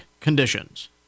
conditions